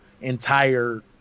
entire